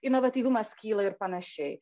inovatyvumas kyla ir panašiai